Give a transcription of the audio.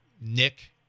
Nick